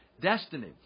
destiny